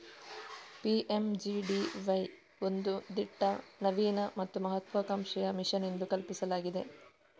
PMGDY ಒಂದು ದಿಟ್ಟ, ನವೀನ ಮತ್ತು ಮಹತ್ವಾಕಾಂಕ್ಷೆಯ ಮಿಷನ್ ಎಂದು ಕಲ್ಪಿಸಲಾಗಿದೆ